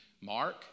Mark